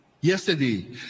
yesterday